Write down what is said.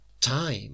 time